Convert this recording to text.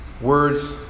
words